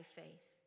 faith